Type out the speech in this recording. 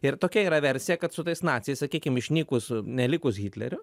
ir tokia yra versija kad su tais naciais sakykim išnykus nelikus hitlerio